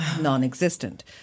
non-existent